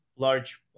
large